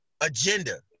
agenda